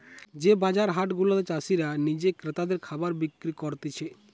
যে বাজার হাট গুলাতে চাষীরা নিজে ক্রেতাদের খাবার বিক্রি করতিছে